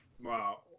Wow